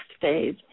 phase